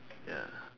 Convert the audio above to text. ya